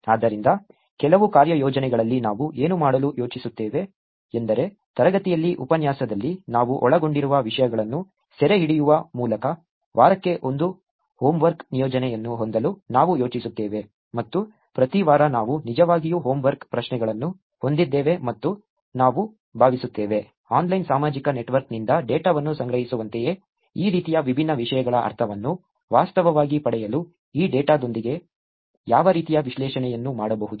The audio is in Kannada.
ಆದ್ದರಿಂದ ಕೆಲವು ಕಾರ್ಯಯೋಜನೆಗಳಲ್ಲಿ ನಾವು ಏನು ಮಾಡಲು ಯೋಜಿಸುತ್ತೇವೆ ಎಂದರೆ ತರಗತಿಯಲ್ಲಿ ಉಪನ್ಯಾಸದಲ್ಲಿ ನಾವು ಒಳಗೊಂಡಿರುವ ವಿಷಯಗಳನ್ನು ಸೆರೆಹಿಡಿಯುವ ಮೂಲಕ ವಾರಕ್ಕೆ ಒಂದು ಹೋಮ್ವರ್ಕ್ ನಿಯೋಜನೆಯನ್ನು ಹೊಂದಲು ನಾವು ಯೋಜಿಸುತ್ತೇವೆ ಮತ್ತು ಪ್ರತಿ ವಾರ ನಾವು ನಿಜವಾಗಿಯೂ ಹೋಮ್ವರ್ಕ್ ಪ್ರಶ್ನೆಗಳನ್ನು ಹೊಂದಿದ್ದೇವೆ ಮತ್ತು ನಾವು ಭಾವಿಸುತ್ತೇವೆ ಆನ್ಲೈನ್ ಸಾಮಾಜಿಕ ನೆಟ್ವರ್ಕ್ನಿಂದ ಡೇಟಾವನ್ನು ಸಂಗ್ರಹಿಸುವಂತೆಯೇ ಈ ರೀತಿಯ ವಿಭಿನ್ನ ವಿಷಯಗಳ ಅರ್ಥವನ್ನು ವಾಸ್ತವವಾಗಿ ಪಡೆಯಲು ಈ ಡೇಟಾದೊಂದಿಗೆ ಯಾವ ರೀತಿಯ ವಿಶ್ಲೇಷಣೆಯನ್ನು ಮಾಡಬಹುದು